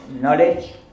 knowledge